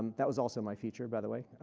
and that was also my feature by the way.